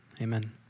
amen